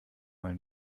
mal